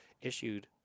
issued